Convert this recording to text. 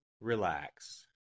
Relax